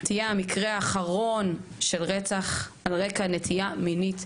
תהיה המקרה האחרון של רצח על רקע נטייה מינית,